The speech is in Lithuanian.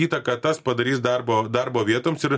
įtaką tas padarys darbo darbo vietoms ir